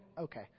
okay